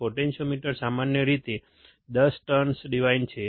potentiometer સામાન્ય રીતે 10 turn device છે